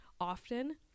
often